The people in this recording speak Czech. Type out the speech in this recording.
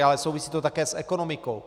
Ale souvisí to také s ekonomikou.